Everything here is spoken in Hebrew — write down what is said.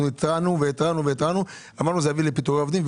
אנחנו התרענו ואמרנו שזה יביא לפיטורי עובדים,